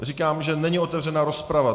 Říkám, že není otevřena rozprava.